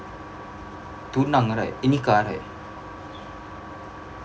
tunang right nikah right